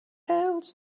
else